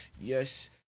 Yes